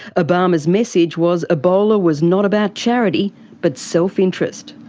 obama's message was ebola was not about charity but self-interest.